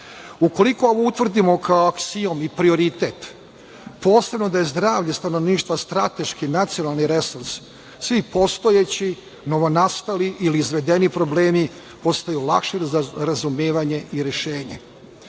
ovo utvrdimo kao aksiom i prioritet, posebno da je zdravlje stanovništva strateški nacionalni resurs, svi postojeći novonastali ili izvedeni problemi postaju lakši za razumevanje i rešenje.